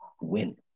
win